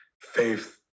faith